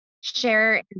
share